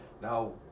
Now